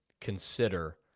consider